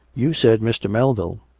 you said mr. melville.